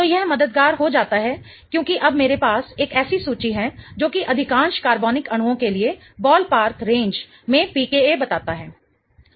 तो यह मददगार हो जाता है क्योंकि अब मेरे पास एक ऐसी सूची है जो कि अधिकांश कार्बनिक अणुओं के लिए बॉलपार्क रेंज में pKa बताता है